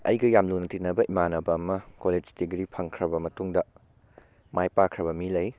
ꯑꯩꯒ ꯌꯥꯝ ꯂꯨꯅ ꯇꯤꯟꯅꯕ ꯏꯝꯃꯥꯅꯕ ꯑꯃ ꯀꯣꯂꯦꯖ ꯗꯤꯒ꯭ꯔꯤ ꯐꯪꯈ꯭ꯔꯕ ꯃꯇꯨꯡꯗ ꯃꯥꯏ ꯄꯥꯛꯈ꯭ꯔꯕ ꯃꯤ ꯂꯩ